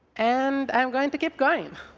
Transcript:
and i'm going to keep going.